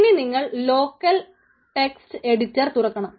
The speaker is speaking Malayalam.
ഇനി നിങ്ങൾ ലോക്കൽ ടെക്സ്റ്റ് എഡിറ്റർ തുറക്കണം